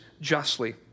justly